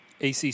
ACC